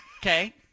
okay